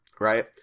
Right